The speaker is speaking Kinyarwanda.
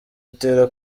utera